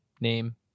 name